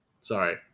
sorry